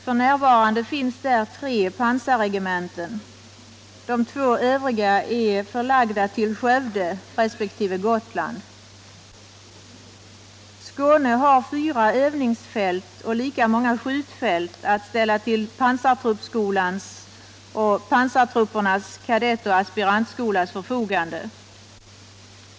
F.n. finns där tre pansarregementen — de två övriga är förlagda till Skövde resp. Gotland. Skåne har fyra övningsfält och lika många skjutfält att ställa till pansartruppskolans och pansartruppernas kadettoch aspirantskolas förfogande.